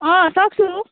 अँ सक्छु